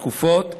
התקופות,